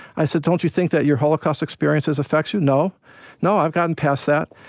i said, don't you think that your holocaust experiences affects you? no no. i've gotten past that.